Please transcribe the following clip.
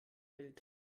bild